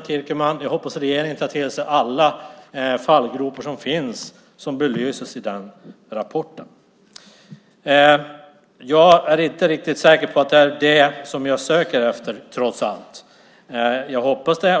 Kierkemann, ta till dig den. Jag hoppas att regeringen tar till sig den för att undvika alla de fallgropar som belyses i rapporten. Jag är inte riktigt säker på att det är det som jag trots allt söker efter.